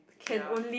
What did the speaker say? ya